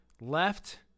left